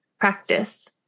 practice